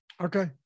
Okay